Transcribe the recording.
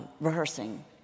rehearsing